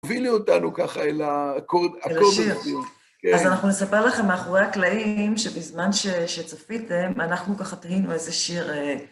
הובילי אותנו ככה אל אקורד הסיום. אז אנחנו נספר לכם מאחורי הקלעים, שבזמן שצפיתם, אנחנו ככה תהינו איזה שיר...